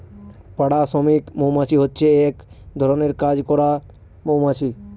পাড়া শ্রমিক মৌমাছি হচ্ছে এক ধরনের কাজ করার মৌমাছি